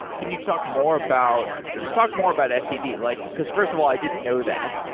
can you talk more about just talk more about etcd, like because first of all, i didn't know that.